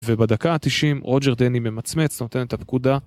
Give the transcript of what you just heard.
ובדקה ה-90 רוג'ר דני ממצמץ נותן את הפקודה